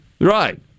right